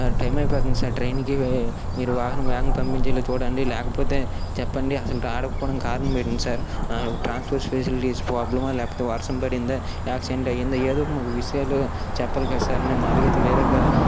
time అయిపోతుంది sir ట్రైనుకి మీరు వాహనం వేగంగా పంపించేలా చూడండి లేకపోతే చెప్పండి అసలు రాలేకపోడానికి కారణం ఏటి సార్ ట్రాన్స్పోర్ట్ ఫెసిలిటీస్ ప్రాబ్లమా లేకపోతే వర్షం పడిందా యాక్సిడెంటు అయిందా ఏదొక మాకు విసయాలు చెప్పాలి కదా సార్ మేము అలగైతే వేరేగా